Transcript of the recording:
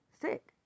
sick